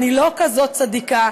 ואני לא כזאת צדיקה,